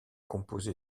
composé